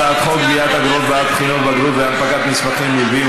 הצעת חוק גביית אגרות בעד בחינות בגרות והנפקת מסמכים נלווים,